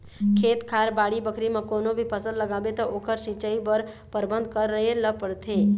खेत खार, बाड़ी बखरी म कोनो भी फसल लगाबे त ओखर सिंचई बर परबंध करे ल परथे